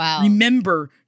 remember